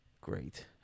great